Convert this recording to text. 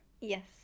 Yes